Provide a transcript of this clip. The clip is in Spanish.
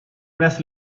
unas